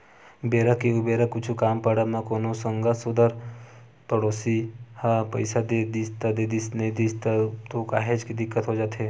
बेरा के उबेरा कुछु काम पड़ब म कोनो संगा सोदर पड़ोसी ह पइसा दे दिस त देदिस नइ दिस तब तो काहेच के दिक्कत हो जाथे